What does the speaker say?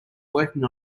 working